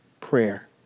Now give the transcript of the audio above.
prayer